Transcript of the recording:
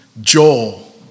Joel